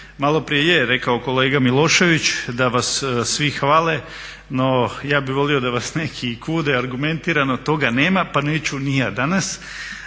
Maloprije je rekao kolega Milošević da vas svi hvale, no ja bih volio da vas neki i kude argumentirano. Toga nema pa neću ni ja danas.